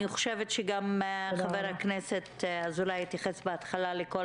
גם חבר הכנסת אזולאי התייחס בהתחלה לכל